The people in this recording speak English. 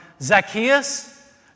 Zacchaeus